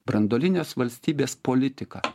branduolinės valstybės politika